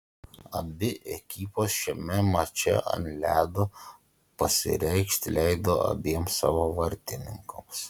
abi ekipos šiame mače ant ledo pasireikšti leido abiem savo vartininkams